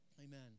Amen